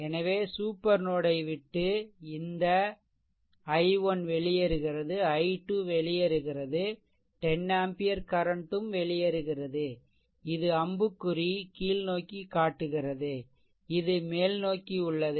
எனவே super node ஐ விட்டு இந்தI1வெளியேறுகிறது i2வெளியேறுகிறது 10 ஆம்பியர் கரன்ட்டும் வெளியேறுகிறது இது அம்புக்குறி கீழ்நோக்கி காட்டுகிறதுஇது மேல்நோக்கி உள்ளது